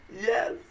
Yes